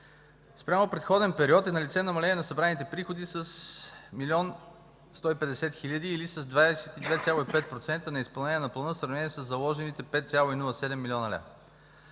Спрямо предходен период е налице намаление на събраните приходи с 1 млн. 150 хил. лв. или с 22,5% неизпълнение на плана в сравнение със заложените 5,07 млн. лв.